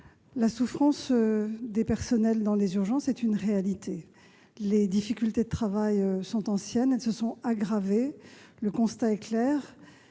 la souffrance des personnels dans les urgences est une réalité. Les difficultés de travail sont anciennes, mais elles se sont aggravées. Le constat est clair